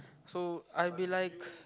so I'll be like